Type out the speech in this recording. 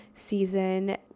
season